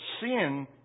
sin